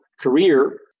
career